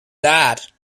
that